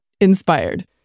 inspired